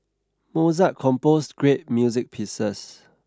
Mozart composed great music pieces